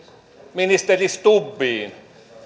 ministeri stubbiin